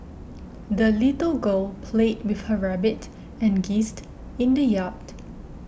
the little girl played with her rabbit and geesed in the yard